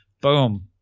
Boom